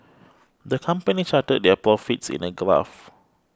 the company charted their profits in a graph